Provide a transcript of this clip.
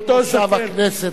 בפתיחת מושב הכנסת,